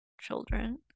children